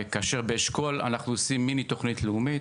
באשכול אנחנו עושים מיני תוכנית לאומית: